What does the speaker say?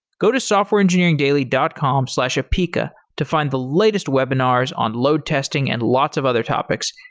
go to softwareengineeringdaily dot com slash apica to find the latest webinars on load testing and lots of other topics,